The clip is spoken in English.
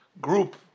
group